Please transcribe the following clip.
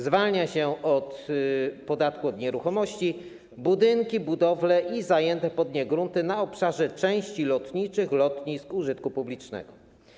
Zwalnia się od podatku od nieruchomości budynki, budowle i zajęte pod nie grunty na obszarze części lotniczych lotnisk użytku publicznego.